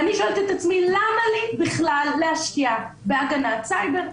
ואני שואלת את עצמי למה לי בכלל להשקיע בהגנת סייבר,